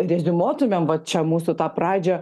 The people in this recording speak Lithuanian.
reziumuotumėm va čia mūsų tą pradžią